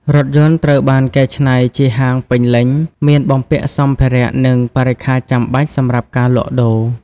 រថយន្តត្រូវបានកែច្នៃជាហាងពេញលេញ មានបំពាក់សម្ភារៈ និងបរិក្ខារចាំបាច់សម្រាប់ការលក់ដូរ។